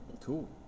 Cool